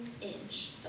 inch